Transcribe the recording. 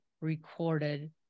recorded